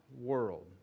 world